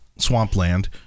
swampland